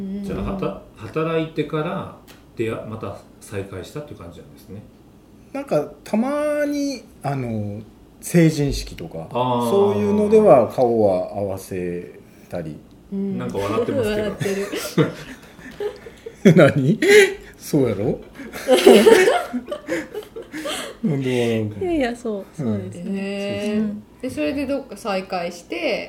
じゃあ、はた- 働いてから出会- また再会したっていう感じなんですね。なんか、たまに、あの、成人式とか、あー。そういうのでは顔は合わせたり。なんか笑ってますけど。 笑ってる。 何？そうやろ？ でも、なんか。 いやいや、そう、そうですね。 うん。そうそう。うん。で、それでどっか再会して